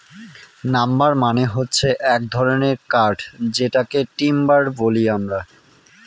number মানে হচ্ছে এক ধরনের কাঠ যেটাকে টিম্বার বলি আমরা